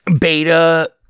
beta